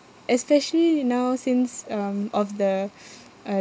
especially now since um of the uh